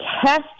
test